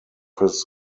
his